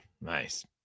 Nice